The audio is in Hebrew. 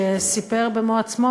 שסיפר במו-עצמו,